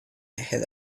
had